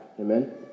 Amen